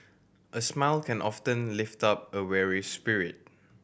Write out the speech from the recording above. a smile can often lift up a weary spirit